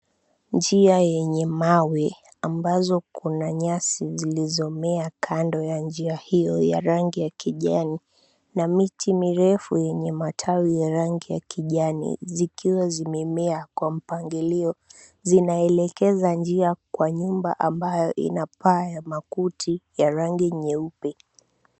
Njia yenye mawe ambazo kuna nyasi zilizomea kando ya njia hiyo ya rangi ya kijani na miti mirefu yenye matawi ya rangi ya kijani zikiwa zimemea kwa mpangilio. Zinaelekeza njia kwa nyumba ambayo ina paa ya makuti ya rangi nyeupe.